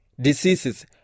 diseases